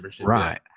Right